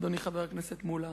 אדוני חבר הכנסת מולה,